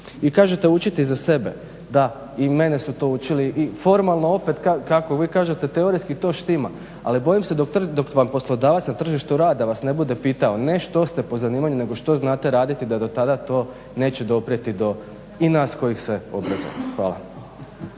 I kažete učiti za sebe, da i mene su to učili i formalno opet kako vi kažete teorijski to štima ali bojim se dok vam poslodavac na tržištu rada vas ne bude pitao ne što ste po zanimanju nego što znate raditi da dotada to neće doprijeti do i nas koji se obrazujemo. Hvala.